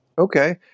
Okay